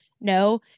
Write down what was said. No